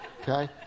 Okay